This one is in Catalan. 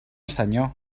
senyor